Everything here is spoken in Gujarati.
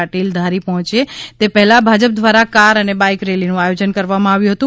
પાટીલ ધારી પહોંચે તે પહેલા ભાજપ દ્વારા કાર અને બાઈક રેલીનું આયોજન કરવામાં આવ્યું હતું